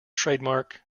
trademark